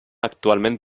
actualment